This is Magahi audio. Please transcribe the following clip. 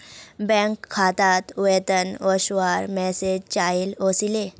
बैंक खातात वेतन वस्वार मैसेज चाइल ओसीले